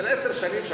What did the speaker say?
של עשר שנים,